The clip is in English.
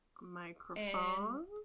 Microphone